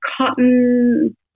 cotton